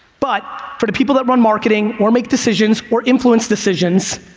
but, for the people that run marketing or make decisions or influence decisions,